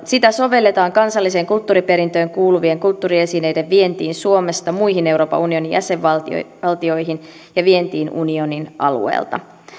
sitä sovelletaan kansalliseen kulttuuriperintöön kuuluvien kulttuuriesineiden vientiin suomesta muihin euroopan unionin jäsenvaltioihin ja vientiin unionin alueelta